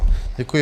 Děkuji.